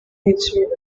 nature